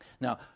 Now